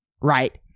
right